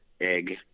egg